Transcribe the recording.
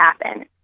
happen